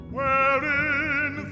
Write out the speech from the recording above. wherein